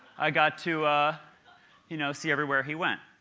i got to ah you know see everywhere he went.